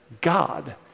God